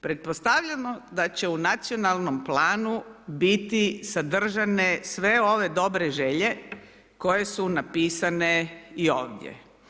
Pretpostavljamo da će u Nacionalnom planu biti sadržane sve ove dobre želje koje su napisane i ovdje.